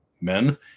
men